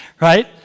right